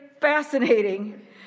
fascinating